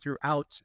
throughout